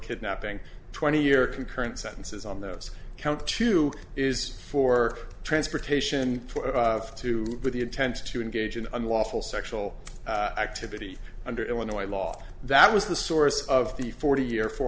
kidnapping twenty year concurrent sentences on those count two is for transportation of two with the intent to engage in unlawful sexual activity under illinois law that was the source of the forty year four